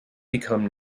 become